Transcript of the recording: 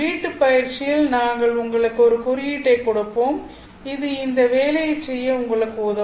வீட்டுப் பயிற்சியில் நாங்கள் உங்களுக்கு ஒரு குறியீட்டைக் கொடுப்போம் இது இந்த வேலையைச் செய்ய உங்களுக்கு உதவும்